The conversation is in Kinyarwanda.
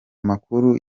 makuru